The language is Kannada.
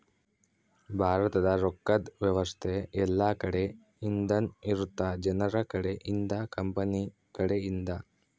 ಭಾರತದ ರೊಕ್ಕದ್ ವ್ಯವಸ್ತೆ ಯೆಲ್ಲ ಕಡೆ ಇಂದನು ಇರುತ್ತ ಜನರ ಕಡೆ ಇಂದ ಕಂಪನಿ ಕಡೆ ಇಂದ